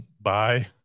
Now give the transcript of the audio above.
bye